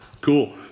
Cool